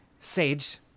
sage